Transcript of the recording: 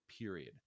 period